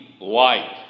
light